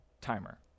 timer